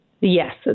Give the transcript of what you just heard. yes